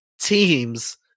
teams